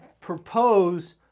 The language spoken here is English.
propose